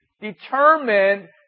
determined